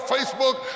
Facebook